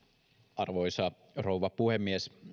arvoisa rouva puhemies